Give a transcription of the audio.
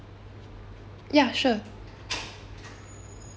ya sure